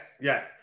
yes